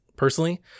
personally